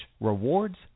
Rewards